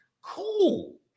cool